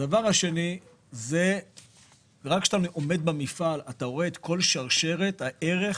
רק כשאתה עומד במפעל אתה יכול לראות את כל שרשרת הערך